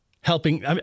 helping